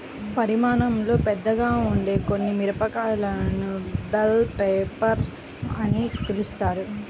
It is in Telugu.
పరిమాణంలో పెద్దగా ఉండే కొన్ని మిరపకాయలను బెల్ పెప్పర్స్ అని పిలుస్తారు